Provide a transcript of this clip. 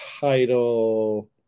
title